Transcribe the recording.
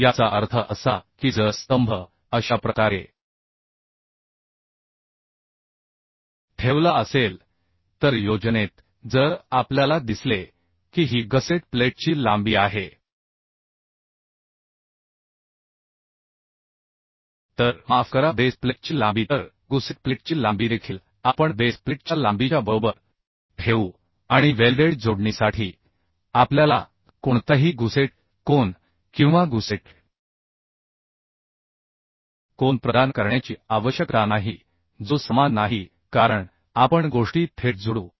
याचा अर्थ असा की जर स्तंभ अशा प्रकारे ठेवला असेल तर योजनेत जर आपल्याला दिसले की ही गसेट प्लेटची लांबी आहे तर माफ करा बेस प्लेटची लांबी तर गुसेट प्लेटची लांबी देखील आपण बेसप्लेटच्या लांबीच्या बरोबर ठेवू आणि वेल्डेड जोडणीसाठी आपल्याला कोणताही गुसेट कोन किंवा गुसेट कोन प्रदान करण्याची आवश्यकता नाही जो समान नाही कारण आपण गोष्टी थेट जोडू